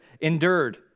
endured